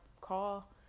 call